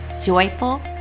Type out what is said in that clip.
joyful